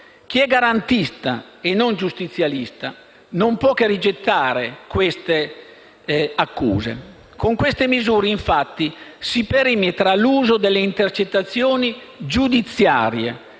chi è garantista e non giustizialista non può che rigettare simili accuse. Con queste misure infatti si perimetra l'uso delle intercettazioni giudiziarie